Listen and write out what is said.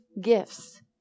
gifts